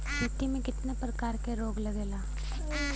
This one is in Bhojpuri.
खेती में कितना प्रकार के रोग लगेला?